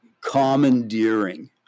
commandeering